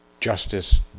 Justice